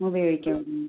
ഉപയോഗിക്കാവുന്നതാണ്